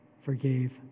forgave